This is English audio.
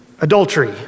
adultery